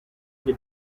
che